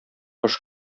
кыш